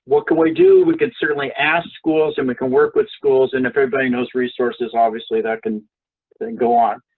can we do? we can certainly ask schools and we can work with schools, and if everybody knows resources, obviously that can can go on.